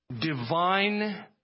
divine